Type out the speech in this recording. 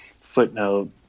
footnote